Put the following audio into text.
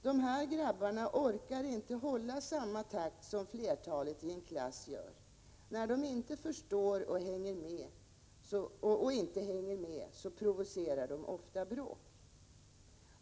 —-—-- De här grabbarna orkar inte hålla samma takt som flertalet i en klass gör. När de inte förstår och hänger med provocerar de ofta bråk.